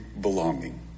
belonging